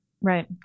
Right